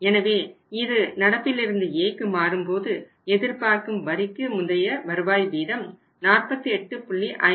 எனவே இது நடப்பில் இருந்து Aக்கு மாறும்போது எதிர்பார்க்கும் வரிக்கு முந்தைய வருவாய் வீதம் 48